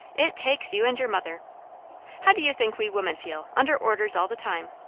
it takes you and your mother how do you think we women feel, under orders all the time?